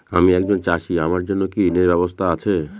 আমি একজন চাষী আমার জন্য কি ঋণের ব্যবস্থা আছে?